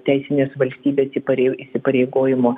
teisinės valstybės įparei įsipareigojimų